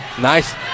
Nice